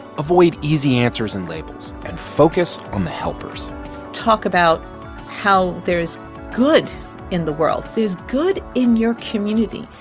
avoid easy answers and labels and focus on the helpers talk about how there's good in the world. there's good in your community.